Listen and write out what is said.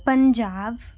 Punjab